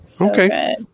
Okay